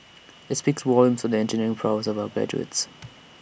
IT speaks volumes for the engineering prowess of our graduates